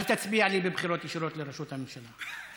אל תצביע לי בבחירות ישירות לראשות הממשלה.